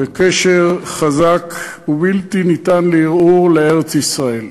וקשר חזק ובלתי ניתן לערעור לארץ-ישראל.